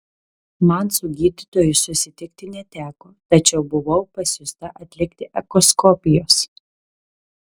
man su gydytoju susitikti neteko tačiau buvau pasiųsta atlikti echoskopijos